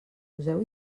poseu